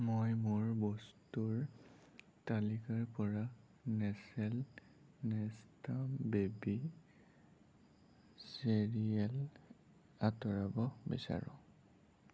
মই মোৰ বস্তুৰ তালিকাৰ পৰা নেচেল নেষ্টাম বেবী চেৰিয়েল আঁতৰাব বিচাৰো